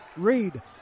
Reed